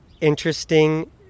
interesting